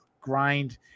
grind